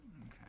Okay